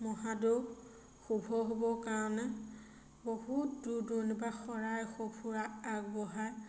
মহাদেউৰ শুভ হ'বৰ কাৰণে বহুত দূৰ দূৰণিৰপৰা শৰাই সঁফুৰা আগবঢ়ায়